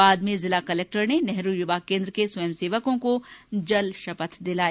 बाद में जिला कलक्टर ने नेहरू युवा केंद्र के स्वयंसेवकों को जल शपथ दिलाई